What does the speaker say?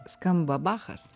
skamba bachas